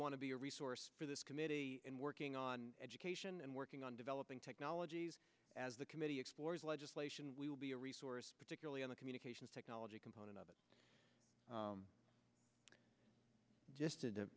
want to be a resource for this committee in working on education and working on developing technologies as the committee explores legislation we'll be a resource particularly on the communications technology component of it just to